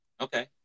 Okay